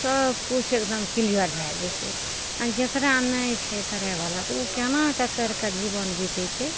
सब किछु एकदम क्लियर भए जाइ छै आओर जकरा नहि छै करयवला तऽ उ केना कऽ करि कऽ जीवन बितेतइ